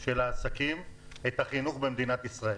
של העסקים את החינוך במדינת ישראל.